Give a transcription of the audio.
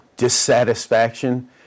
dissatisfaction